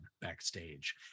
backstage